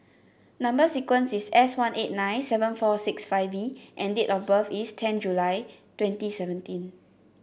number sequence is S one eight nine seven four six five V and date of birth is ten July twenty seventeen